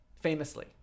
Famously